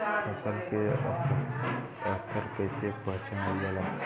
फसल के स्तर के कइसी पहचानल जाला